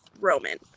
Roman